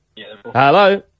Hello